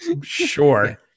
Sure